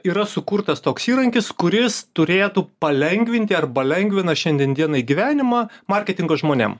yra sukurtas toks įrankis kuris turėtų palengvinti arba lengvina šiandien dienai gyvenimą marketingo žmonėm